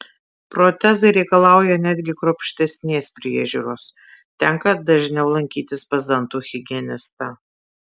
protezai reikalauja netgi kruopštesnės priežiūros tenka dažniau lankytis pas dantų higienistą